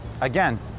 Again